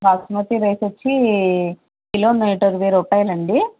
basmati rice వచ్చి kilo నూట ఇరవై రూపాయలండి